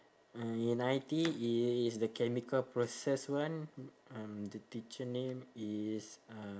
uh in I_T_E is is the chemical process one um the teacher name is uh